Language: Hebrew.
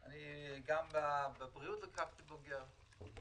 גם במשרד הבריאות לקחתי אליי בוגר של אגף התקציבים.